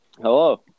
Hello